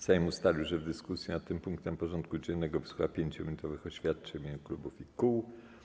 Sejm ustalił, że w dyskusji nad tym punktem porządku dziennego wysłucha 5-minutowych oświadczeń w imieniu klubów i kół.